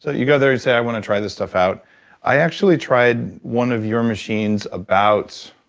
so you go there and say i want to try this stuff out i actually tried one of your machines about,